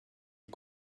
est